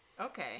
Okay